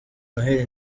noheli